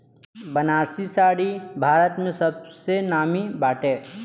बनारसी साड़ी भारत में सबसे नामी बाटे